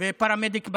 ופרמדיק בכיר.